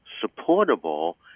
supportable